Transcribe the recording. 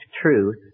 truth